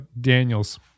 Daniels